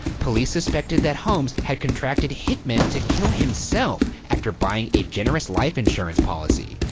police suspected that holmes had contracted hit men to kill himself after buying a generous life insurance policy.